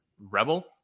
Rebel